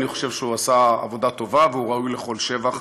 אני חושב שהוא עשה עבודה טובה והוא ראוי לכל שבח.